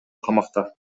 камакта